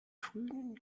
frühen